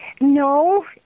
No